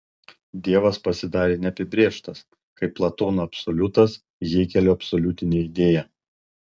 dievas pasidarė neapibrėžtas kaip platono absoliutas hėgelio absoliutinė idėja